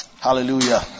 Hallelujah